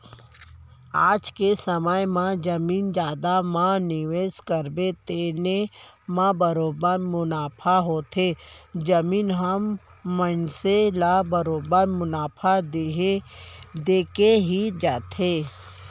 आज के समे म जमीन जघा म निवेस करबे तेने म बरोबर मुनाफा होथे, जमीन ह मनसे ल बरोबर मुनाफा देके ही जाथे